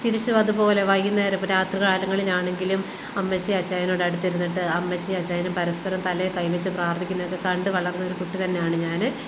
തിരിച്ചും അതുപോലെ വൈകുന്നേരം ഇപ്പം രാത്രി കാലങ്ങളിലാണെങ്കിലും അമ്മച്ചിയും അച്ചായനും കൂടെ അടുത്തിരുന്നു അമ്മച്ചിയും അച്ചായനും പരസ്പരം തലയിൽ ഒക്കെ കൈ വെച്ച് പ്രാർത്ഥിക്കുന്നതൊക്കെ കണ്ട് വളർന്നൊരു കുട്ടി തന്നെയാണ് ഞാന്